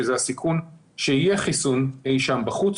שזה הסיכון שיהיה חיסון אי שם בחוץ